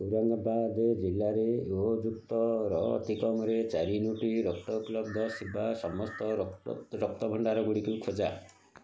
ଔରଙ୍ଗାବାଦ ଜିଲ୍ଲାରେ ଓ ଯୁକ୍ତ ର ଅତିକମ୍ରେ ଚାରି ୟୁନିଟ୍ ରକ୍ତ ଉପଲବ୍ଧ ଥିବା ସମସ୍ତ ରକ୍ତ ରକ୍ତଭଣ୍ଡାର ଗୁଡ଼ିକ ଖୋଜା